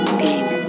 game